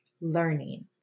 learning